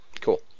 Cool